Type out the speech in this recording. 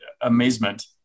amazement